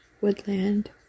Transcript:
woodland